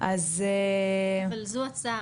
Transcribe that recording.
אז -- אבל זו הצעה,